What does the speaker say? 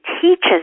teaches